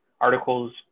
articles